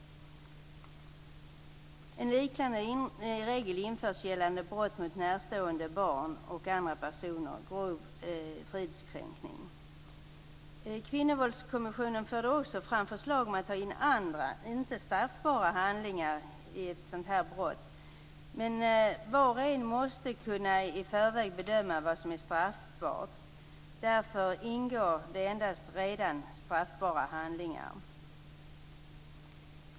En liknande regel införs när det gäller brott mot närstående barn och andra närstående personer - grov fridskränkning. Kvinnovåldskommissionen förde också fram förslag om att ta in andra inte straffbara handlingar i ett sådant brott. Var och en måste i förväg kunna bedöma vad som är straffbart. Därför ingår endast redan straffbara handlingar.